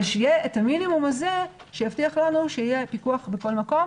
אבל שיהיה את המינימום הזה שיבטיח לנו שיהיה פיקוח בכל מקום